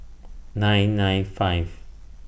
nine nine five